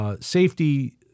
safety